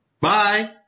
Bye